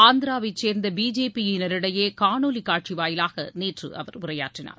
ஆந்திராவைச் சேர்ந்த பிஜேபியினரிடையே காணொலி காட்சி வாயிலாக நேற்று அவர் உரையாற்றினார்